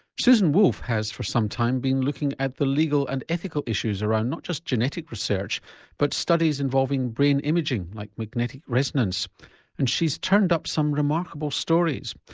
susan wolf has, has for some time, been looking at the legal and ethical issues around not just genetic research but studies involving brain imaging like magnetic resonance and she's turned up some remarkable stories.